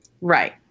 Right